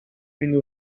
une